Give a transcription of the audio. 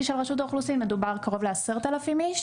של רשות האוכלוסין מדובר על קרוב ל-10,000 איש